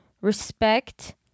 respect